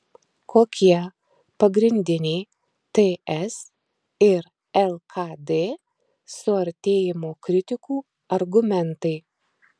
kokie pagrindiniai ts ir lkd suartėjimo kritikų argumentai